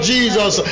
Jesus